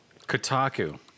Kotaku